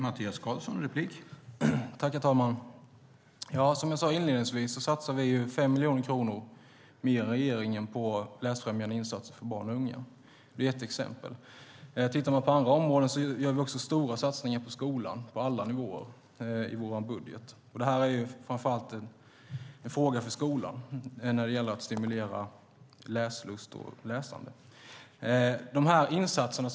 Herr talman! Som jag sade inledningsvis satsar vi 5 miljoner kronor mer än regeringen på läsfrämjande insatser för barn och unga. Det är ett exempel. Tittar man på andra områden föreslår vi också stora satsningar på skolan på alla nivåer i vår budget. Att stimulera läslust och läsande är framför allt en fråga för skolan. De insatser som vi gör är viktiga.